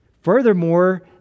Furthermore